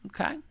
Okay